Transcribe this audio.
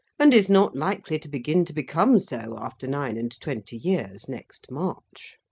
and is not likely to begin to become so after nine-and-twenty years next march.